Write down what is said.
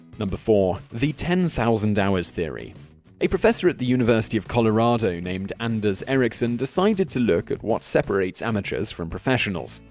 four. the ten thousand hours theory a professor at the university of colorado named anders ericsson decided to look at what separates amateurs from professionals.